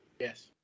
Yes